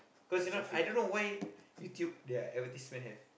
cause you know I don't know why YouTube their advertisement have